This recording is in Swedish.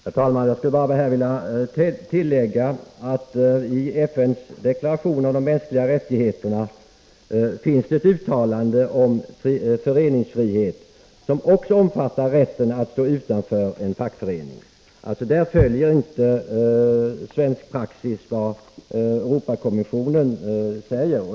Herr talman! Jag skulle bara vilja tillägga att det i FN:s deklaration om de mänskliga rättigheterna finns ett uttalande om föreningsfrihet, som också omfattar rätten att stå utanför en fackförening. Där följer inte svensk praxis vad Europakommissionen säger.